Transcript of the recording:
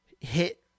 hit